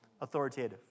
authoritative